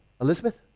Elizabeth